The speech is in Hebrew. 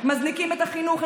מזניקים את החינוך,